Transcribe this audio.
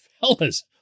fellas